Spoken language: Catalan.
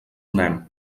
donem